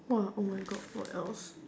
!wah! oh my god what else